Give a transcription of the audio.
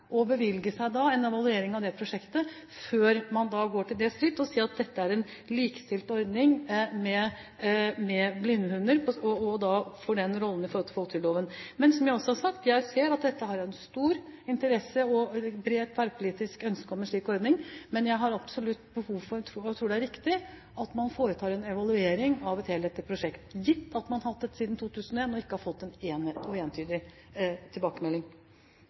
å bevilge seg en evaluering av det prosjektet før man går til det skritt å si at dette er en likestilt ordning med blindehunder, og at det får den rollen i forhold til folketrygdloven. Men som jeg også har sagt: Jeg ser at dette har en stor interesse, og at det er et bredt tverrpolitisk ønske om en slik ordning. Men jeg har absolutt behov for – og tror det er riktig – å foreta en evaluering av et helhetlig prosjekt, gitt at man har hatt dette siden 2001 og ikke har fått en enhetlig og entydig tilbakemelding.